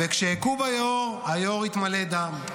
וכשהכו ביאור היאור התמלא דם,